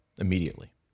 Immediately